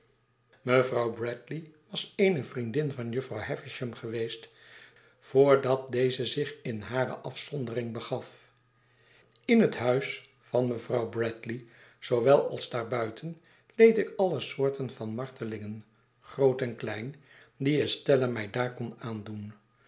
mevrouw brandley was eene vriendin van jufvrouw havisham geweest voor den tijd dat deze zich in hare afzondering begaf in het huis van die mevrouw brandley zoowel als daarbuiten leed ik alle soorten van martelingen groot en klein die estella mij daar kon aandoen